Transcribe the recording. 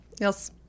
Yes